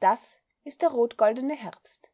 das ist der rotgoldene herbst